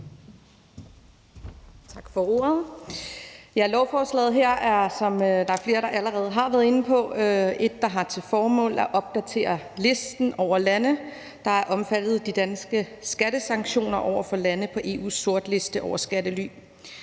Tak for ordet. Lovforslaget her har, som flere allerede har været inde på, til formål at opdatere listen over lande, der er omfattet af de danske skattesanktioner over for lande på EU's sortliste over skattely.